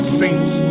saints